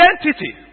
identity